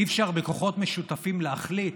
אי-אפשר בכוחות משותפים להחליט